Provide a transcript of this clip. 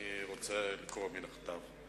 אני רוצה לקרוא מהכתב.